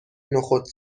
نخود